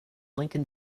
lincoln